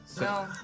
No